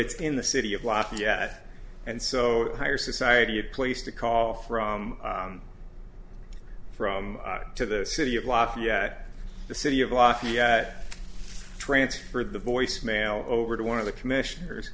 it's in the city of lafayette and so higher society had placed a call from from to the city of lafayette the city of lafayette transferred the voice mail over to one of the commissioners